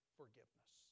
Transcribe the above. forgiveness